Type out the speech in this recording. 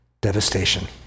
devastation